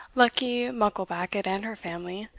luckie mucklebackit and her family,